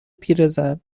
پیرزن